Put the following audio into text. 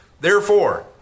Therefore